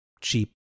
cheap